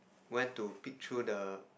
went to peek through the